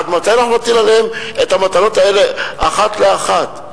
עד מתי אנחנו נטיל עליהן את המטלות האלה אחת לאחת?